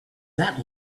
that